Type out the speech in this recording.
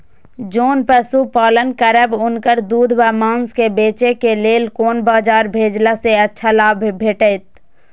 जोन पशु पालन करब उनकर दूध व माँस के बेचे के लेल कोन बाजार भेजला सँ अच्छा लाभ भेटैत?